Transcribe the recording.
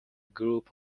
group